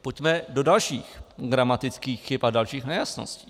Pojďme do dalších gramatických chyb a dalších nejasností.